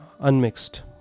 unmixed